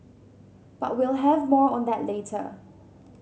but we'll have more on that later